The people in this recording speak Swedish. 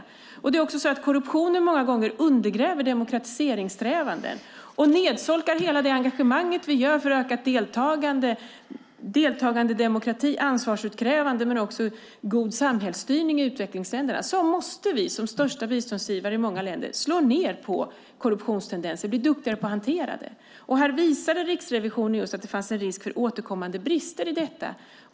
Många gånger undergräver också korruptionen demokratiseringssträvanden och nedsolkar hela det engagemang vi har för en deltagande demokrati, ett ansvarsutkrävande och också en god samhällsstyrning i utvecklingsländerna. Då måste vi som största biståndsgivare i många länder slå ned på korruptionstendenser, bli duktigare på att hantera det. Här visade Riksrevisionen just att det fanns en risk för återkommande brister i detta.